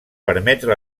permetre